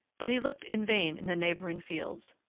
but he looked in vain in the neighboring fields,